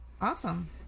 awesome